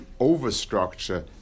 overstructure